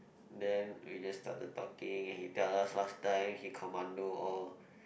then we just started talking he tell us last time he commando all